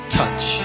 touch